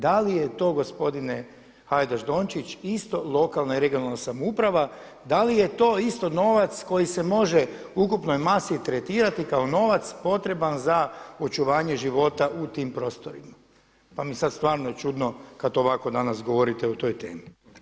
Da li je to gospodine Hajdaš Dončić isto lokalna i regionalna samouprava, da li je to isto novac koji se može u ukupnoj masi tretirati kao novac potreban za očuvanje života u tim prostorima, pa mi je sada stvarno čudno kada to ovako danas govorite o toj temi.